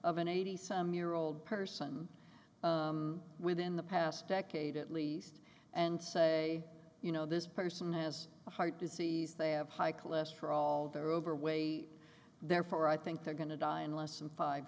of an eighty some year old person within the past decade at least and say you know this person has a heart disease they have high cholesterol they're overweight therefore i think they're going to die unless some five